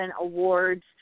awards